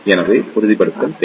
எனவே உறுதிப்படுத்தல் தேவை